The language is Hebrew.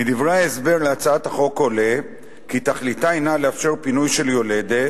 מדברי ההסבר להצעה עולה כי תכליתה הינה לאפשר פינוי של יולדת,